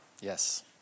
Yes